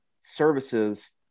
services